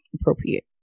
appropriate